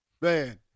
Man